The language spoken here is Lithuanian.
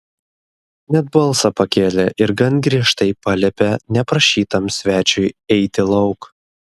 net balsą pakėlė ir gan griežtai paliepė neprašytam svečiui eiti lauk